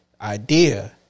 Idea